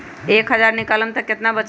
एक हज़ार निकालम त कितना वचत?